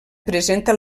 presenta